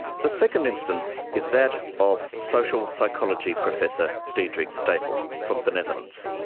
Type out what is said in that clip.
the second instance is that of social psychology professor diederik stapel, from the netherlands.